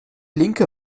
linke